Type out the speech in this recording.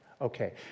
Okay